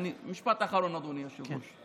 משפט אחרון, אדוני היושב-ראש.